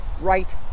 right